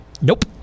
Nope